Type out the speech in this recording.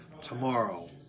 tomorrow